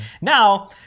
now